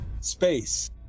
Space